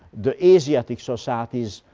the asiatic societies,